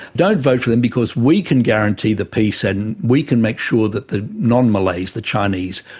don't vote for them because we can guarantee the peace and we can make sure that the non-malays, the chinese,